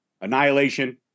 Annihilation